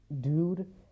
dude